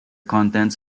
contents